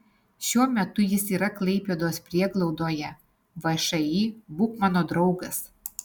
šiuo metu jis yra klaipėdos prieglaudoje všį būk mano draugas